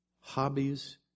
hobbies